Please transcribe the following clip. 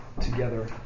together